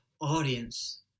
audience